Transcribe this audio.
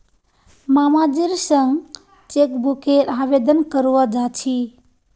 मामाजीर संग चेकबुकेर आवेदन करवा जा छि